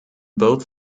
both